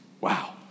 wow